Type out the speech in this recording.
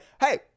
hey